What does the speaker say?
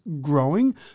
growing